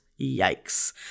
Yikes